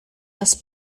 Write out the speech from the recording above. los